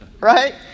right